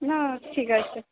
না ঠিক আছে